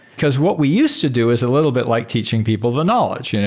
because what we used to do is a little bit like teaching people the knowledge. and